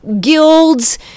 guilds